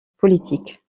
politique